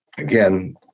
Again